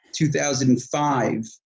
2005